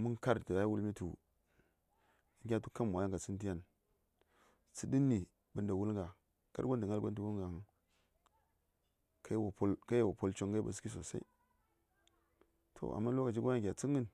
mən ka:r tə ta ya wulmi tu kamwa yan ka tsən tə yan tsəɗəni banda wulgha kar gon tə gnal gon tə wulgha huŋ ka yel wo pol coŋ ghai ɓaski sosai to amm lokaci gon yan kya tsənghan